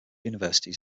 universities